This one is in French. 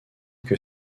que